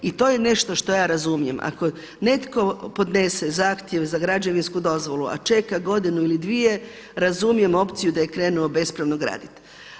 I to je nešto što ja razumijem, ako netko podnese zahtjev za građevinsku dozvolu a čeka godinu ili dvije razumijem opciju da je krenuo bespravno graditi.